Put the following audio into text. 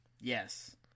Yes